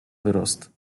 wyrost